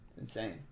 Insane